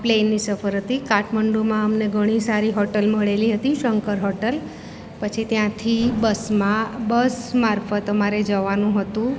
પ્લેનની સફર હતી કાઠમંડુમાં અમને ઘણી સારી હોટલ મળેલી હતી શંકર હોટલ પછી ત્યાંથી બસમાં બસ મારફતે અમારે જવાનું હતું